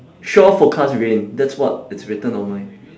shore forecast rain that's what it's written on mine